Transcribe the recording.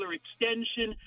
extension